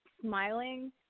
smiling